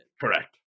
Correct